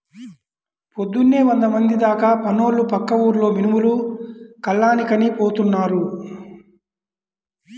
పొద్దున్నే వందమంది దాకా పనోళ్ళు పక్క ఊర్లో మినుములు కల్లానికని పోతున్నారు